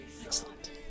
Excellent